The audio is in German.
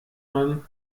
man